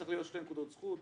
צריך להיות שתי נקודות זכות.